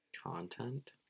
Content